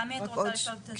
תמי, את רוצה לשאול אותה שאלה?